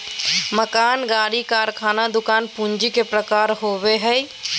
मकान, गाड़ी, कारखाना, दुकान पूंजी के प्रकार होबो हइ